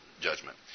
judgment